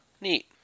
neat